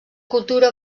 cultura